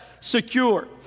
secure